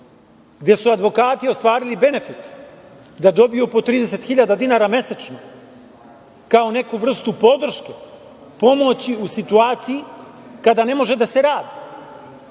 gde su advokati ostvarili benefit da dobiju po 30 hiljada dinara mesečno, kao neku vrstu podrške, pomoći u situaciji kada ne može da se radi,